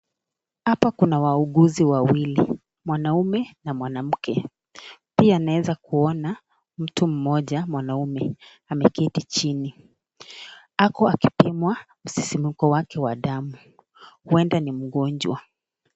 Hapa kuna wauguzi wawili, mwanaume na mwanamke. Pia naweza kuona mtu mmoja mwanaume ameketi jini. Ako akipimwa msisimko wake wa damu.